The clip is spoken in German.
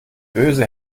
böse